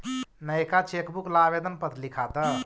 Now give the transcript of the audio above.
नएका चेकबुक ला आवेदन पत्र लिखा द